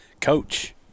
Coach